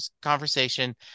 conversation